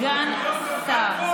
סגן שר.